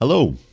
Hello